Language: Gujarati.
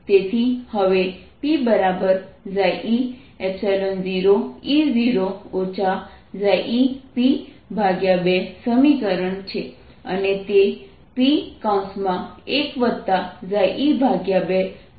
તેથી હવે Pe0E0 eP2 સમીકરણ છે અને તે P1e2e0E0 અથવા P2e2e0E0 છે